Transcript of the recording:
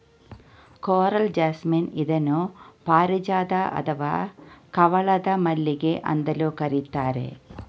coral jasmine ಇದನ್ನು ಪಾರಿಜಾತ ಅಥವಾ ಹವಳದ ಮಲ್ಲಿಗೆ ಅಂತಲೂ ಕರಿತಾರೆ